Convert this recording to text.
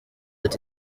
ati